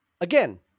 Again